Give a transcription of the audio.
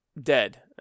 Dead